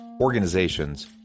organizations